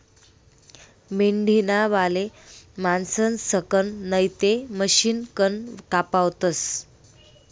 मेंढीना बाले माणसंसकन नैते मशिनकन कापावतस